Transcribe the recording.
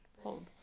Hold